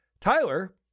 Tyler